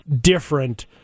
different